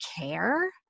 care